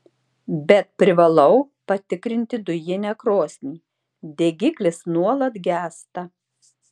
bet privalau patikrinti dujinę krosnį degiklis nuolat gęsta